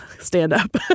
stand-up